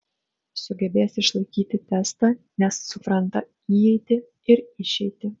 sugebės išlaikyti testą nes supranta įeitį ir išeitį